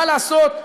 מה לעשות,